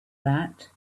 that